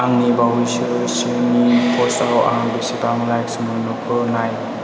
आंनि बावैसो सिननि पस्टआव आं बेसेबां लाइक्स मोनखो नाय